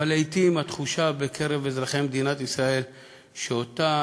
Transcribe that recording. אבל לעתים התחושה בקרב אזרחי מדינת ישראל היא שאותה